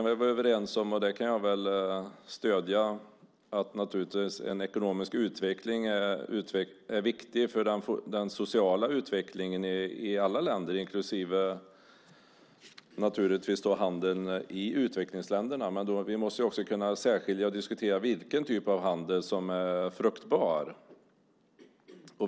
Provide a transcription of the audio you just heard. Jag kan stödja att en ekonomisk utveckling är viktig för den sociala utvecklingen i alla länder, inklusive handeln i utvecklingsländerna. Men vi måste också kunna särskilja och diskutera vilken typ av handel som är fruktbar.